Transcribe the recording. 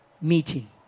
meeting